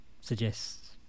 suggests